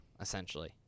essentially